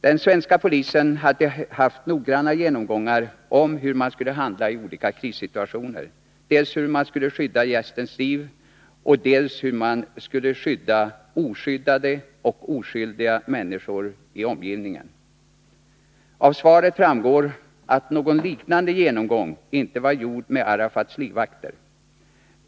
Den svenska polisen hade haft noggranna genomgångar av hur man skulle handlai olika krissituationer, dels hur man skulle skydda gästens liv, dels hur man skulle skydda helt oskyddade och oskyldiga människor i omgivningen. Av svaret framgår att någon liknande genomgång inte var gjord med Arafats livvakter.